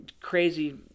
Crazy